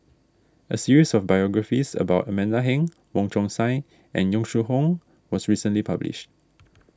a series of biographies about Amanda Heng Wong Chong Sai and Yong Shu Hoong was recently published